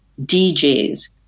DJs